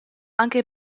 anche